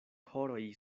horoj